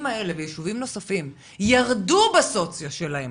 האלה ויישובים נוספים ירדו בסוציו שלהם,